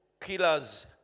killers